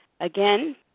Again